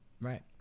right